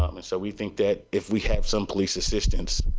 um and so we think that if we have some police assistance,